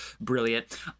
Brilliant